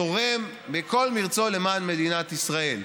תורם את כל מרצו למען מדינת ישראל.